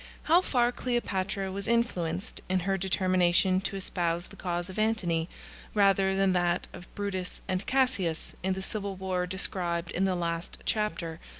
how far cleopatra was influenced, in her determination to espouse the cause of antony rather than that of brutus and cassius, in the civil war described in the last chapter,